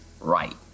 right